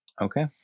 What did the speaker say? Okay